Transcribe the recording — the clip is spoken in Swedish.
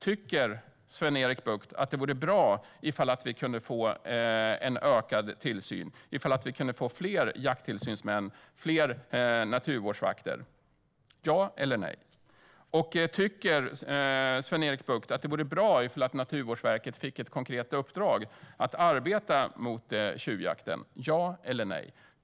Tycker Sven-Erik Bucht att det vore bra om vi fick en ökad tillsyn, fler jakttillsynsmän och fler naturvårdsvakter? Ja eller nej? Tycker Sven-Erik Bucht att det vore bra om Naturvårdsverket fick ett konkret uppdrag för att arbeta mot tjuvjakten? Ja eller nej?